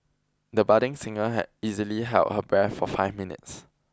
the budding singer had easily held her breath for five minutes